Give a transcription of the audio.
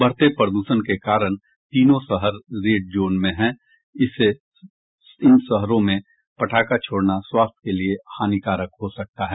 बढ़ते प्रद्षण के कारण तीनों शहर रेड जोन में हैं जिससे इन शहरों में पटाखा छोड़ना स्वास्थ्य के लिए हानिकारक हो सकता है